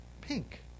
pink